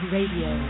Radio